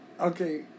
okay